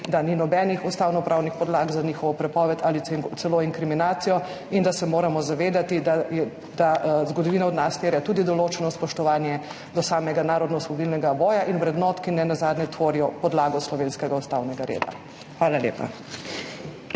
da ni nobenih ustavnopravnih podlag za njihovo prepoved ali celo inkriminacijo in da se moramo zavedati, da zgodovina od nas terja tudi določeno spoštovanje do samega narodnoosvobodilnega boja in vrednot, ki nenazadnje tvorijo podlago slovenskega ustavnega reda. Hvala lepa.